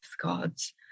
gods